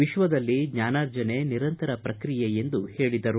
ವಿಶ್ವದಲ್ಲಿ ಜ್ವಾನಾರ್ಜನೆ ನಿರಂತರ ಪ್ರಕ್ರಿಯೆ ಎಂದು ಹೇಳಿದರು